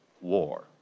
war